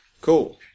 Cool